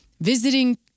visiting